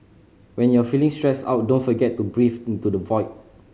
when you are feeling stressed out don't forget to breathe into the void